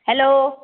hello